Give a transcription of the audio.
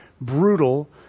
brutal